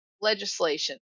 legislation